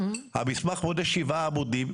המסמך מונה שבעה עמודים,